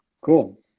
Cool